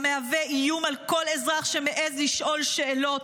מהווה איום על כל אזרח שמעז לשאול שאלות.